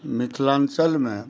मिथिलाञ्चलमे